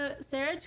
sarah